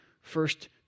first